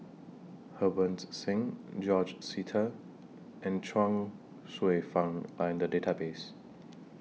Harbans Singh George Sita and Chuang Hsueh Fang Are in The Database